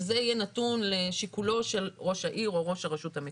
שזה יהיה נתון לשיקולו של ראש העיר או ראש הרשות המקומית.